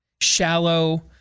shallow